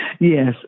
Yes